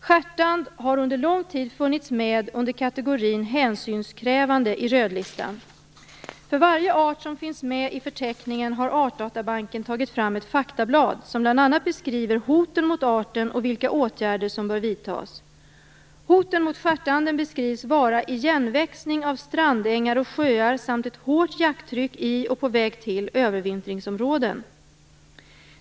Stjärtand har under lång tid funnits med under kategorin hänsynskrävande i rödlistan. För varje art som finns med i förteckningen har Artdatabanken tagit fram ett faktablad, som bl.a. beskriver hoten mot arten och vilka åtgärder som bör vidtas. Hoten mot stjärtanden beskrivs vara igenväxning av strandängar och sjöar samt ett hårt jakttryck i, och på väg till, övervintringsområden.